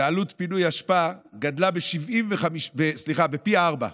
ועלות פינוי האשפה גדלה פי ארבעה.